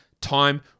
time